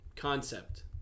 concept